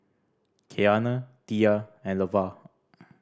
Keanna Tilla and Levar